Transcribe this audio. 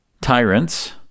tyrants